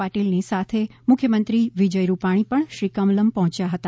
પાટિલ ની સાથે મુખ્યમંત્રી વિજય રૂપાણી પણ શ્રી કમલમ પહોંચ્યા હતા